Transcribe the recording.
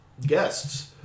guests